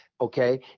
Okay